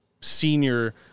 senior